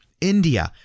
India